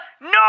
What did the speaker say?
no